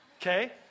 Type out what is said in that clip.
okay